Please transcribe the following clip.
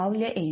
ಮೌಲ್ಯ ಏನು